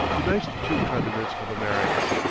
unites the two continents of america.